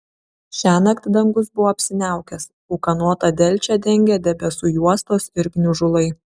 šiąnakt dangus buvo apsiniaukęs ūkanotą delčią dengė debesų juostos ir gniužulai